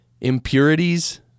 impurities